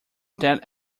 that